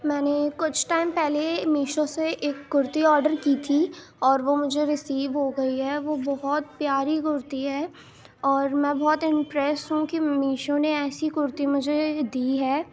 میں نے کچھ ٹائم پہلے میشو سے ایک کرتی آرڈر کی تھی اور وہ مجھے ریسیو ہو گئی ہے وہ بہت پیاری کرتی ہے اور میں بہت امپریس ہوں کہ میشو نے ایسی کرتی مجھے دی ہے